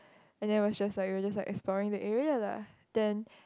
and then we just we just like exploring the area lah then